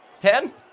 Ten